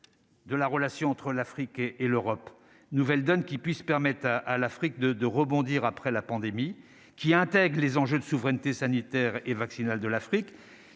de la relation entre l'Afrique et l'Europe nouvelle donne qui puisse permette à à l'Afrique de de rebondir après la pandémie qui intègre les enjeux de souveraineté sanitaire et vaccinale de l'Afrique